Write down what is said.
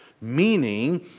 meaning